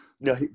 No